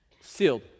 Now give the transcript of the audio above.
Sealed